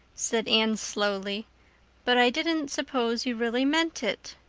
said anne slowly but i didn't suppose you really meant it.